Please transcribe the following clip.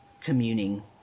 communing